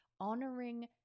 honoring